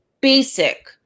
basic